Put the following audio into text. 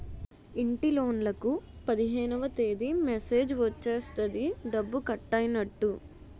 ఇంటిలోన్లకు పదిహేనవ తేదీ మెసేజ్ వచ్చేస్తది డబ్బు కట్టైనట్టు